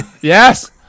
Yes